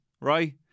right